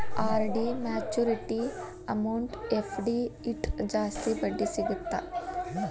RD maturity amount FD ಇಟ್ರ ಜಾಸ್ತಿ ಬಡ್ಡಿ ಸಿಗತ್ತಾ